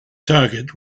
target